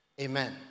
Amen